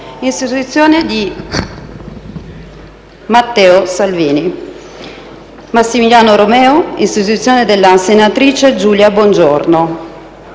sostituzione di Matteo Salvini; Massimiliano Romeo, in sostituzione della senatrice Giulia Bongiorno;